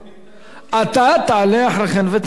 אתה תעלה אחרי כן ותענה לו מה שאתה רוצה.